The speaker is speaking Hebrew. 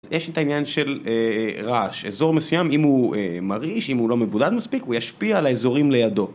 יש את העניין של רעש, אזור מסוים אם הוא מרעיש, אם הוא לא מבודד מספיק, הוא ישפיע על האזורים לידו